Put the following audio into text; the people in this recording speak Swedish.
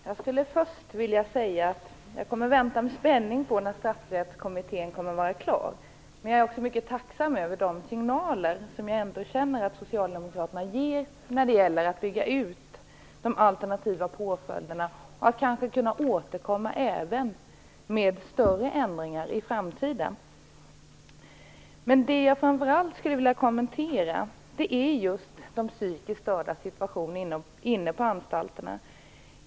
Fru talman! Först vill jag säga att jag kommer att vänta med spänning på att Straffsystemkommittén skall bli klar. Jag är också mycket tacksam över de signaler som jag känner att socialdemokraterna ger när det gäller att bygga ut de alternativa påföljderna och att återkomma även med större ändringar i framtiden. Vad jag framför allt skulle vilja kommentera är situationen för de psykiskt störda inne på anstalterna.